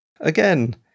Again